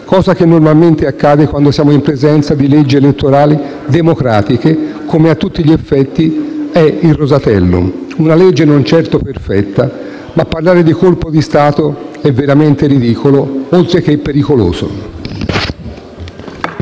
Cosa che normalmente accade quando siamo in presenza di leggi elettorali democratiche, come a tutti gli effetti è il Rosatellum. Si tratta di una legge non certo perfetta, ma parlare di colpo di Stato è veramente ridicolo, oltre che pericoloso.